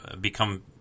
become